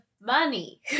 money